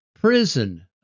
prison